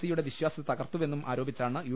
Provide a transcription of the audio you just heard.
C യുടെ വിശ്വാസ്യത തകർത്തുവെന്നും ആരോപിച്ചാണ് യു